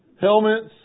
Helmets